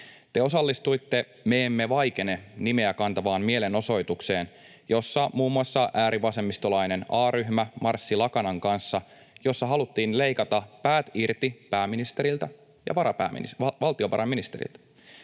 Te osallistuitte Me emme vaikene ‑nimeä kantavaan mielenosoitukseen, jossa muun muassa äärivasemmistolainen A-ryhmä marssi lakanan kanssa, jossa haluttiin leikata pää irti pääministeriltä ja valtiovarainministeriltä.